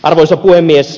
arvoisa puhemies